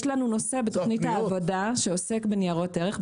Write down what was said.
יש לנו נושא בתוכנית העבודה שעוסק בניירות ערך.